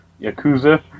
Yakuza